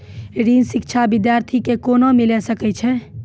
शिक्षा ऋण बिद्यार्थी के कोना मिलै छै?